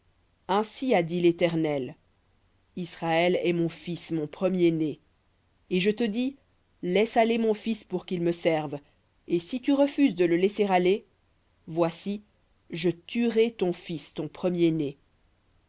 ainsi a dit l'éternel israël est mon fils mon premier-né et je te dis laisse aller mon fils pour qu'il me serve et si tu refuses de le laisser aller voici je tuerai ton fils ton premier-né